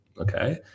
okay